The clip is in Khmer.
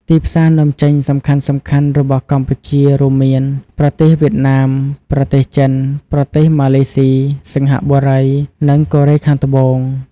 ទីផ្សារនាំចេញសំខាន់ៗរបស់កម្ពុជា រួមមាន ប្រទេសវៀតណាម ប្រទេសចិន ប្រទេសម៉ាឡេស៊ី សិង្ហបុរី និងកូរ៉េខាងត្បូង។